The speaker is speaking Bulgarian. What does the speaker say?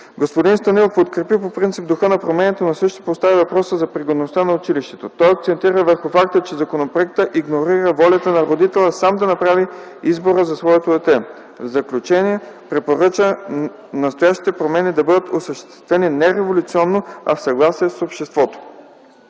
Господин Станилов подкрепи по принцип духа на промените, но също постави въпроса за пригодността на училището. Той акцентира върху факта, че законопроектът игнорира волята на родителя сам да направи избора за своето дете. В заключение препоръча настоящите промени да бъдат осъществени не революционно, а в съгласие с обществото.